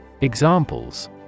Examples